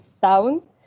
sound